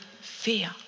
fear